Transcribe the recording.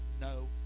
no